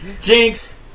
Jinx